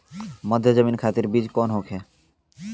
मध्य जमीन खातिर बीज कौन होखे?